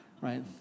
right